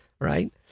right